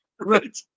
right